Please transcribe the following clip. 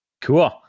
Cool